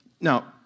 Now